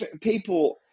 people